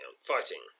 fighting